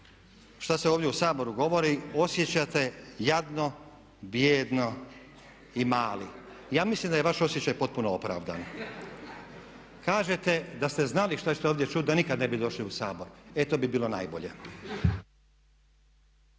šta se ovdje u Saboru govori osjećate jadno, bijedno i mali. Ja mislim da je vaš osjećaj potpuno opravdan. Kažete, da ste znali šta ćete ovdje čuti da nikad ne bi došli u Sabor. E to bi bilo najbolje.